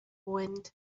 wind